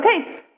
okay